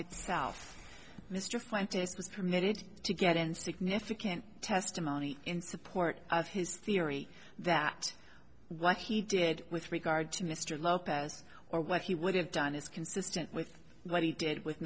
itself mr pointis was permitted to get in significant testimony in support of his theory that what he did with regard to mr lopez or what he would have done is consistent with what he did with